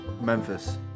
Memphis